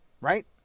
Right